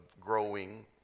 growing